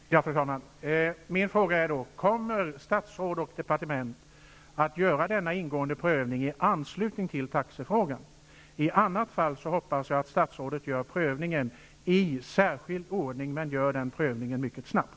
Fru talman! Min fråga blir då: Kommer statsrådet och departementet att göra en ingående prövning i anslutning till taxefrågan? I annat fall hoppas jag att statsrådet gör prövningen i särskild ordning och mycket snart.